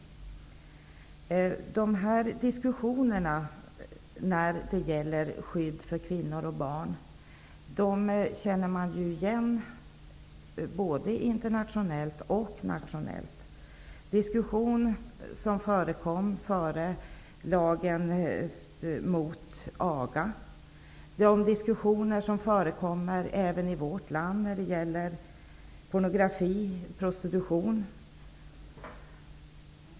Diskussionerna om skydd för kvinnor och barn känner jag igen både internationellt och nationellt från den debatt som förekom före införandet av lagen mot aga och även från de debatter som förekommer i vårt land om pornografi och prostitution.